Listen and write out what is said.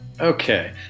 Okay